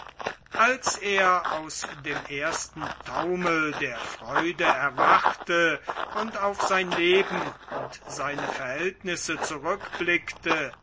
als er aus dem ersten taumel der freude erwachte und auf sein leben und seine verhältnis